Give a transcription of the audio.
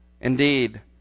indeed